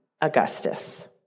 Augustus